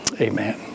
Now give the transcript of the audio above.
amen